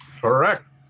correct